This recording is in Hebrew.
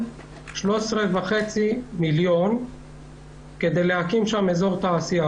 13.5 מיליון שקל כדי להקים שם אזור תעשייה.